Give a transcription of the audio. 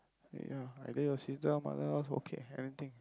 ya either your sister or mother house okay anything